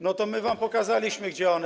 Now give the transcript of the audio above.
No to my wam pokazaliśmy, gdzie one.